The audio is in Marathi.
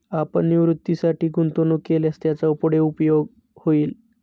आपण निवृत्तीसाठी गुंतवणूक केल्यास त्याचा पुढे उपयोग होईल